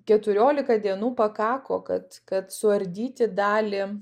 keturiolika dienų pakako kad kad suardyti dalį